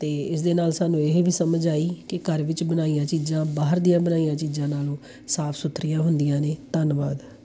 ਅਤੇ ਇਸ ਦੇ ਨਾਲ ਸਾਨੂੰ ਇਹ ਵੀ ਸਮਝ ਆਈ ਕਿ ਘਰ ਵਿੱਚ ਬਣਾਈਆਂ ਚੀਜ਼ਾਂ ਬਾਹਰ ਦੀਆਂ ਬਣਾਈਆਂ ਚੀਜ਼ਾਂ ਨਾਲੋਂ ਸਾਫ ਸੁਥਰੀਆਂ ਹੁੰਦੀਆਂ ਨੇ ਧੰਨਵਾਦ